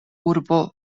urbo